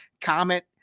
comment